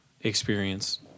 experience